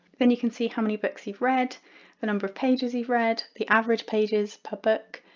then you can see how many books, you've read the number of pages you've read, the average pages per book,